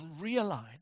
realign